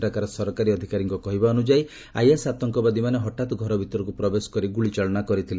ସେଠାକାର ସରକାରୀ ଅଧିକାରୀଙ୍କ କହିବା ଅନୁଯାୟୀ ଆଇଏସ୍ ଆତଙ୍କବାଦୀମାନେ ହଠାତ୍ ଘର ଭିତରକୁ ପ୍ରବେଶ କରି ଗୁଳିଚାଳନା କରିଥିଲେ